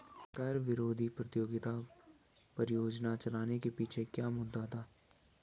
कर विरोधी प्रतियोगिता परियोजना चलाने के पीछे क्या मुद्दा था?